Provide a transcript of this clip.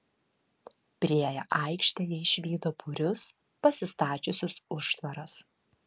priėję aikštę jie išvydo būrius pasistačiusius užtvaras